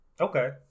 Okay